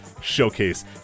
Showcase